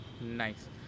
nice